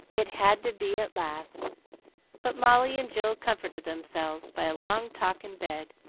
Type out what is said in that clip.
it had to be at last but molly and jill comforted themselves by a long talk in bed,